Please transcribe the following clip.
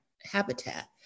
habitat